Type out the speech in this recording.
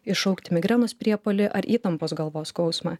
iššaukti migrenos priepuolį ar įtampos galvos skausmą